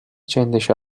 چندش